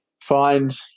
find